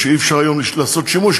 שאי-אפשר היום לעשות בזה שימוש,